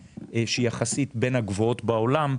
שיחסית היא בין הגבוהות בעולם,